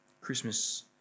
Christmas